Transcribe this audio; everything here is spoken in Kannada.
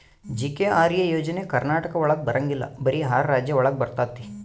ಜಿ.ಕೆ.ಆರ್.ಎ ಯೋಜನೆ ಕರ್ನಾಟಕ ಒಳಗ ಬರಂಗಿಲ್ಲ ಬರೀ ಆರು ರಾಜ್ಯ ಒಳಗ ಬರ್ತಾತಿ